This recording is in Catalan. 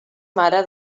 mare